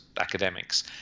academics